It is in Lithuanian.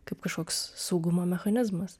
kaip kažkoks saugumo mechanizmas